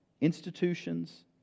institutions